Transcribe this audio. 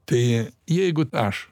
tai jeigu aš